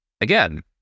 again